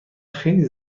خیلی